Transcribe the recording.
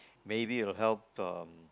maybe it will help um